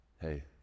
Hey